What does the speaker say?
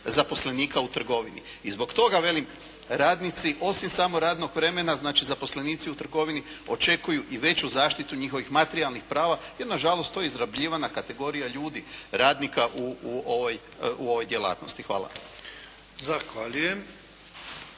zaposlenika u trgovini. I zbog toga velim radnici osim samo radnog vremena, znači zaposlenici u trgovini očekuju i veću zaštitu njihovih materijalnih prava, jer na žalost to je izrabljivana kategorija ljudi, radnika u ovoj djelatnosti. Hvala.